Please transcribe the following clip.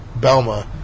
Belma